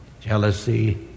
Jealousy